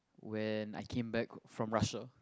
when I came back from Russia